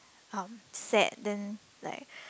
um sad then like